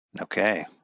Okay